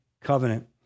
covenant